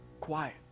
quiet